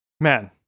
Man